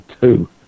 two